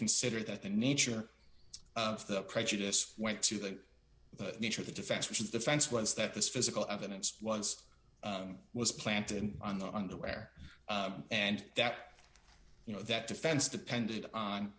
consider that the nature of the prejudice went to the nature of the defense which is defense once that this physical evidence once was planted on the underwear and that you know that defense depended on